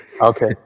Okay